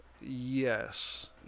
Yes